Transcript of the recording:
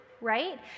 right